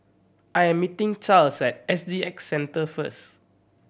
I am meeting Charles at S G X Centre first